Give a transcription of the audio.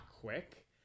quick